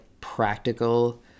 practical